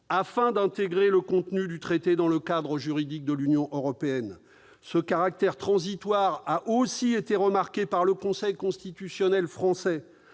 afin d'intégrer le contenu du traité dans le cadre juridique de l'Union européenne. » Ce caractère transitoire a aussi été remarqué par le Conseil constitutionnel français.